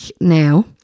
now